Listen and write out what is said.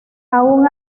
aun